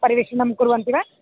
परिवेषणं कुर्वन्ति वा